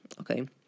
Okay